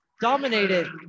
dominated